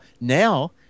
now